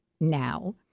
now